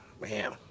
Man